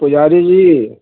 पुजारी जी